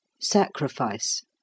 sacrifice